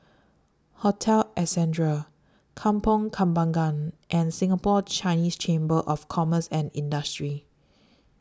Hotel Ascendere Kampong Kembangan and Singapore Chinese Chamber of Commerce and Industry